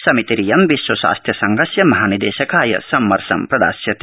समितिरियं विश्व स्वास्थ्य संघस्य महानिदेशकाय सम्मर्शं प्रदास्यति